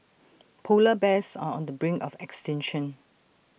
Polar Bears are on the brink of extinction